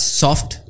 soft